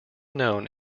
known